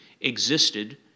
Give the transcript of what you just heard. existed